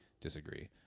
Disagree